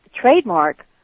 trademark